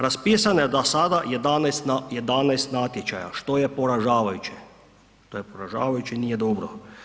Raspisano je do sada 11, 11 natječaja, što je poražavajuće, to je poražavajuće i nije dobro.